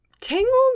Tangled